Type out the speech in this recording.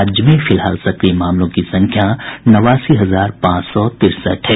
राज्य में फिलहाल सक्रिय मामलों की संख्या नवासी हजार पांच सौ तिरसठ है